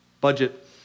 Budget